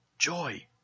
Joy